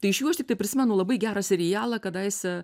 tai iš jų aš tiktai prisimenu labai gerą serialą kadaise